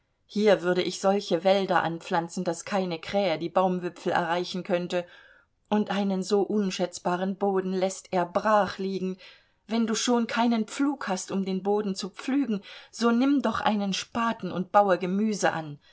hier würde ich solche wälder anpflanzen daß keine krähe die baumwipfel erreichen könnte und einen so unschätzbaren boden läßt er brachliegen wenn du schon keinen pflug hast um den boden zu pflügen so nimm doch einen spaten und baue gemüse an